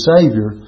Savior